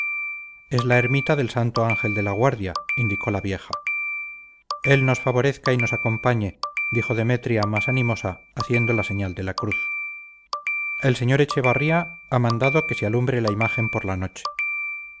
es la ermita del santo ángel de la guardia indicó la vieja él nos favorezca y nos acompañe dijo demetria más animosa haciendo la señal de la cruz el sr echevarría ha mandado que se alumbre la imagen toda la noche